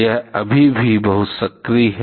यह अभी भी बहुत सक्रिय है